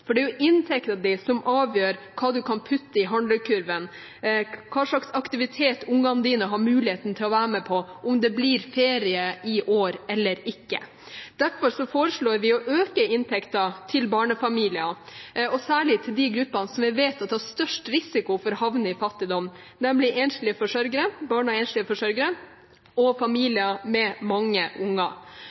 Det er jo inntekten din som avgjør hva du kan putte i handlekurven, hva slags aktivitet ungene dine har muligheten til å være med på, om det blir ferie i år eller ikke. Derfor foreslår vi å øke inntekten til barnefamilier, og særlig til de gruppene som vi vet har størst risiko for å havne i fattigdom, nemlig barn av enslige forsørgere og familier med mange unger.